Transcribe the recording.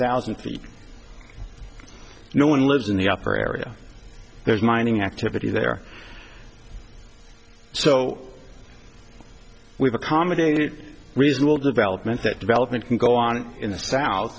thousand feet no one lives in the upper area there's mining activity there so we've accommodated reasonable development that development can go on in the south